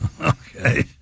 Okay